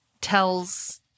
tells